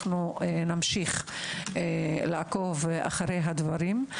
אנחנו נמשיך לעקוב אחרי הדברים.